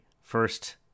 first